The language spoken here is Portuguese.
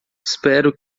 espero